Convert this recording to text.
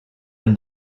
and